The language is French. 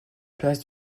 place